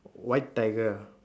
white tiger ah